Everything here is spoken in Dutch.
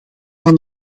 van